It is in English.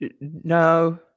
No